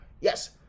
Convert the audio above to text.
Yes